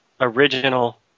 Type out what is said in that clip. original